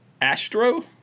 Astro